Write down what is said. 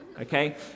okay